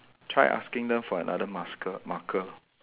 try asking them for another masker marker